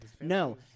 no